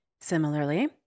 Similarly